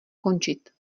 končit